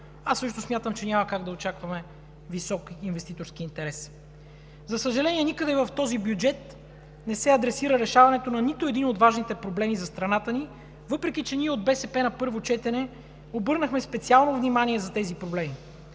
аз също смятам, че няма как да очакваме висок инвеститорски интерес. За съжаление, никъде в този бюджет не се адресира решаването на нито един от важните проблеми за страната ни, въпреки че ние от БСП на първо четене обърнахме специално внимание за тези проблеми.